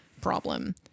problem